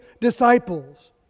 disciples